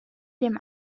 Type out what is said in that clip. dem